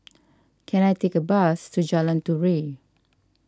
can I take a bus to Jalan Turi